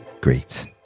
great